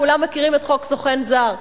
כולם מכירים את חוק סוכן זר.